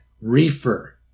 Reefer